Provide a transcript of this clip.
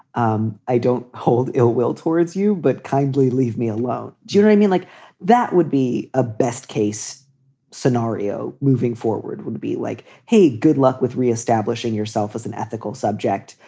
um i don't hold ill will towards you, but kindly leave me alone. do you treat me like that would be a best case scenario? moving forward would be like, hey, good luck with re-establishing yourself as an ethical subject.